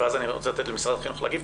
ואז אני רוצה לתת למשרד החינוך להגיב,